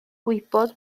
gwybod